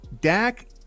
Dak